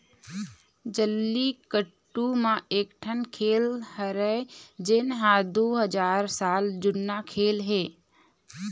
जल्लीकट्टू ए एकठन खेल हरय जेन ह दू हजार साल जुन्ना खेल हे